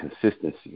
consistency